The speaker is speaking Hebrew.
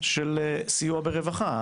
של סיוע ברווחה,